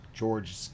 George